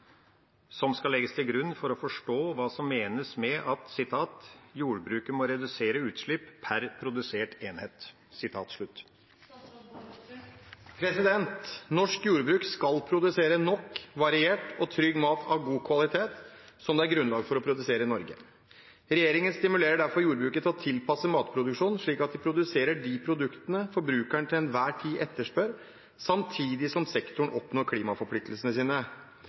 som skal legges til grunn for å forstå hva som menes med at «jordbruket må redusere utslipp pr. produsert enhet»?» Norsk jordbruk skal produsere nok, variert og trygg mat av god kvalitet som det er grunnlag for å produsere i Norge. Regjeringen stimulerer derfor jordbruket til å tilpasse matproduksjonen slik at de produserer de produktene forbrukerne til enhver tid etterspør, samtidig som sektoren oppnår klimaforpliktelsene sine.